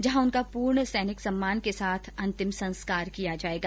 जहां उनका पूर्ण सैनिक सम्मान के साथ अंतिम संस्कार किया जायेगा